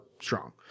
strong